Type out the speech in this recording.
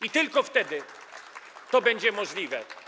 I tylko wtedy to będzie możliwe.